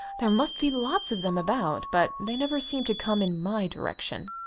there must be lots of them about but they never seem to come in my direction.